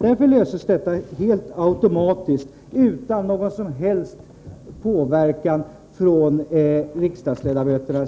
Därför löses detta problem helt automatiskt utan någon som helst påverkan från riksdagsledamöter,